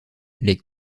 les